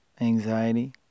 anxiety